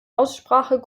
aussprache